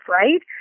right